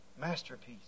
masterpiece